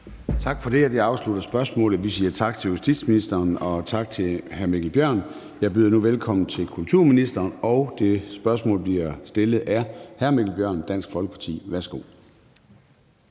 Tak for det. Og det afslutter spørgsmålet. Vi siger tak til justitsministeren og tak til hr. Mikkel Bjørn. Jeg byder nu velkommen til kulturministeren, og spørgsmålet bliver stillet af hr. Mikkel Bjørn, Dansk Folkeparti. Kl.